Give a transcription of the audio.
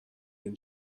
این